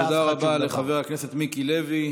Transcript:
תודה רבה לחבר הכנסת מיקי לוי.